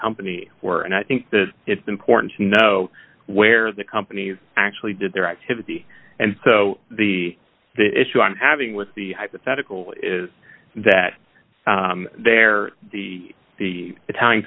company were and i think that it's important to know where the companies actually did their activity and so the issue i'm having with the hypothetical is that they're the italian